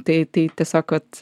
tai tai tiesiog vat